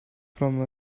from